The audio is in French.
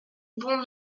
bon